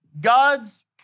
God's